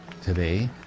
today